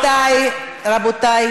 אמרתי ועדה.